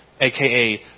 AKA